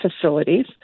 facilities